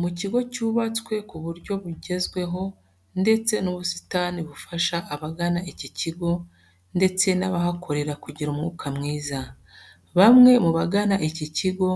Mu kigo cyubatswe ku buryo bugezweho, ndetse n'ubusitani bufasha abagana iki kigo ndetse n'abahakorera kugira umwuka mwiza. Bamwe mu bagana iki kigo